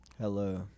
Hello